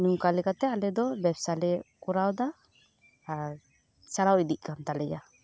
ᱱᱚᱝᱠᱟ ᱞᱮᱠᱟᱛᱮ ᱟᱞᱮ ᱫᱚ ᱵᱮᱵᱽᱥᱟ ᱞᱮ ᱠᱚᱨᱟᱣ ᱮᱫᱟ ᱟᱨ ᱪᱟᱞᱟᱣ ᱤᱫᱤᱜ ᱠᱟᱱ ᱛᱟᱞᱮᱭᱟ